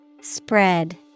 Spread